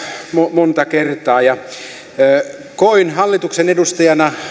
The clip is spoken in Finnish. monta kertaa koin hallituksen edustajana